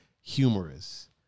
humorous